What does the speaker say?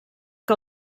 que